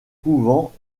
couvent